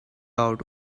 out